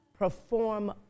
perform